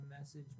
Message